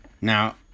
Now